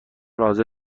حاضر